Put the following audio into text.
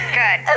good